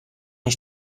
ich